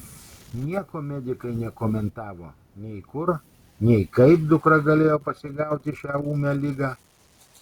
nieko medikai nekomentavo nei kur nei kaip dukra galėjo pasigauti šią ūmią ligą